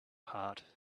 heart